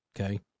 okay